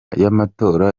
y’amatora